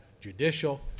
judicial